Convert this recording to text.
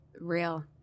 Real